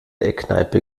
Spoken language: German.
eckkneipe